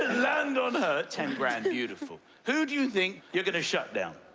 land on her ten grand beautiful. who do you think you're going to shut down?